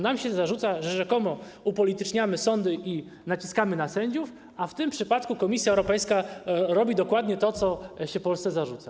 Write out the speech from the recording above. Nam się zarzuca, że rzekomo upolityczniamy sądy i naciskamy na sędziów, a w tym przypadku Komisja Europejska miałaby robić dokładnie to, co się Polsce zarzuca?